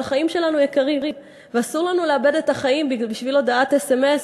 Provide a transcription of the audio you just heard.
אבל החיים שלנו יקרים ואסור לנו לאבד אותם בשביל הודעת אס.אם.אס